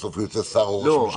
בסוף יוצא שר או ראש ממשלה.